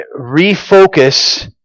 refocus